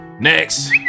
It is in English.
Next